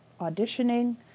Auditioning